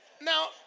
now